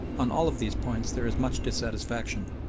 on all of these points there is much dissatisfaction.